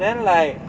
then like